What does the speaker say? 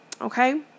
okay